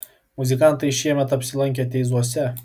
muzikantai šiemet apsilankė teizuose